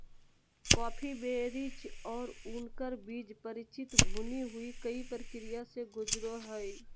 coffee berries और उनकर बीज परिचित भुनी हुई कई प्रक्रिया से गुजरो हइ